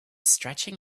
stretching